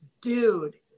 dude